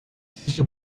sizce